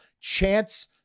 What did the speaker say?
Chance